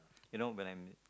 you know when I'm